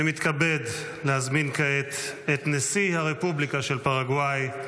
אני מתכבד להזמין כעת את נשיא הרפובליקה של פרגוואי,